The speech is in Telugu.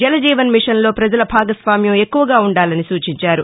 జలజీవన్ మిషన్ లో పజల భాగస్వామ్యం ఎక్కువగా ఉండాలని సూచించారు